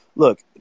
Look